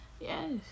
Yes